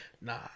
Nah